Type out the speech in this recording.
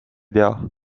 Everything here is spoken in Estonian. tea